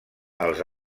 els